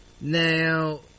Now